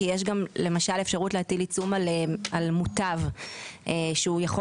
כי יש גם למשל אפשרות להטיל עיצום על מוטב שהוא יכול